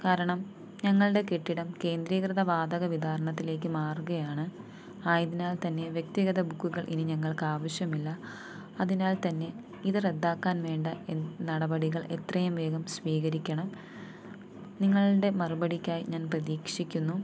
കാരണം ഞങ്ങളുടെ കെട്ടിടം കേന്ദ്രീകൃത വാതക വിതാരണത്തിലേക്ക് മാറുകയാണ് ആയതിനാൽ തന്നെയും വ്യക്തിഗത ബുക്കുകൾ ഇനി ഞങ്ങൾക്കാവശ്യമില്ല അതിനാൽ തന്നെ ഇത് റദ്ദാക്കാൻ വേണ്ട നടപടികൾ എത്രയും വേഗം സ്വീകരിക്കണം നിങ്ങളുടെ മറുപടിക്കായി ഞാൻ പ്രതീക്ഷിക്കുന്നു